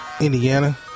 Indiana